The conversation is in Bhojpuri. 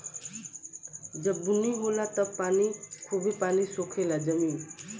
जब बुनी होला तब जमीन खूबे पानी सोखे ला